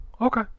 okay